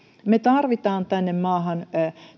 me tarvitsemme tänne maahan